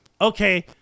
Okay